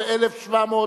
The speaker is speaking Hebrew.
1,800,